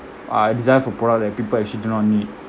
uh a desire for products that people actually do not need